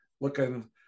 looking